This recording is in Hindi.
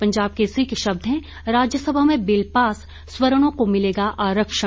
पंजाब केसरी के शब्द हैं राज्यसभा में बिल पास स्वर्णो को मिलेगा आरक्षण